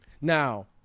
Now